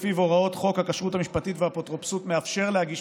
הוראות חוק הכשרות המשפטית והאפוטרופסות מאפשרות להגיש